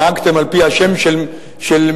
נהגתם על-פי השם של מפלגתכם,